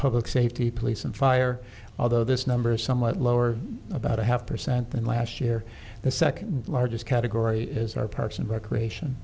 public safety police and fire although this number is somewhat lower about a half percent than last year the second largest category is our parks and recreation